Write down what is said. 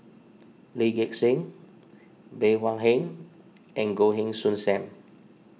Lee Gek Seng Bey Hua Heng and Goh Heng Soon Sam